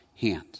hand